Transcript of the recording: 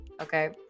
okay